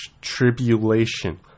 tribulation